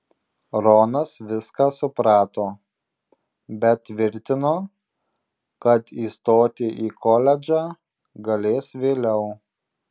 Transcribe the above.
ronas viską suprato bet tvirtino kad įstoti į koledžą galės vėliau